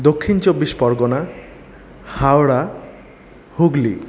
Dakshin Chabbish Pargana Howrah Hooghly